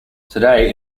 today